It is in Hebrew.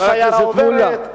השיירה עוברת.